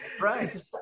right